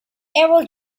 ever